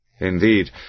Indeed